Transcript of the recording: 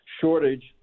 shortage